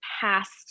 past